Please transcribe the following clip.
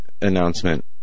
announcement